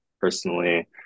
personally